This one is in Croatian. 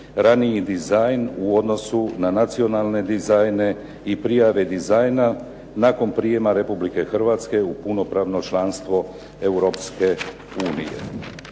raniji dizajn u odnosu na nacionalne dizajne i prijave dizajna, nakon prijama Republike Hrvatske u punopravno članstvo Europske unije.